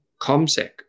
Comsec